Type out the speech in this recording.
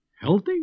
Healthy